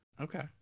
Okay